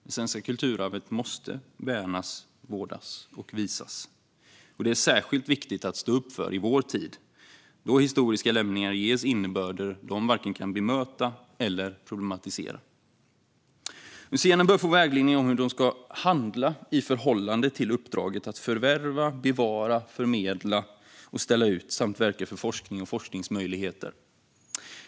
Det svenska kulturarvet måste värnas, vårdas och visas. Det är särskilt viktigt att stå upp för i vår tid, då historiska lämningar ges innebörder de varken kan bemöta eller problematisera. Museerna bör få vägledning om hur de ska handla i förhållande till uppdraget att förvärva, bevara, förmedla och ställa ut samt verka för forskning och forskningsmöjligheter.